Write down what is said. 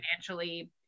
financially